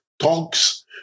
talks